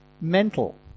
Mental